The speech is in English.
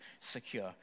secure